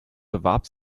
bewarb